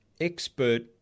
expert